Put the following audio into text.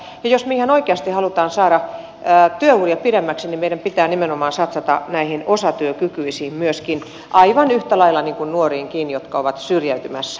jos me ihan oikeasti haluamme saada työuria pidemmäksi niin meidän pitää nimenomaan satsata näihin osatyökykyisiin myöskin aivan yhtä lailla kuin nuoriinkin jotka ovat syrjäytymässä